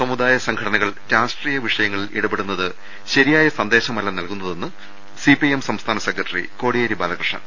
സമുദായ സംഘടനകൾ രാഷ്ട്രീയ വിഷയങ്ങളിൽ ഇടപെടുന്നത് ശരിയായ സന്ദേശമല്ല നൽകുന്നതെന്ന് സിപിഐഎം സംസ്ഥാന സെക്രട്ടറി കോടിയേരി ബാലകൃഷ്ണൻ